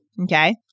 Okay